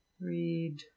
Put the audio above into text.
read